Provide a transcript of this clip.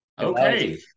Okay